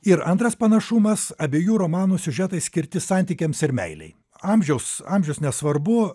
ir antras panašumas abiejų romanų siužetai skirti santykiams ir meilei amžiaus amžius nesvarbu